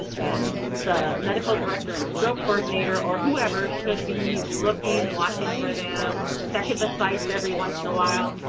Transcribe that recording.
and the medical director and stroke coordinator or whoever should be looking, watching for them, checking the sites every once in a while,